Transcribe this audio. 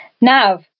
Nav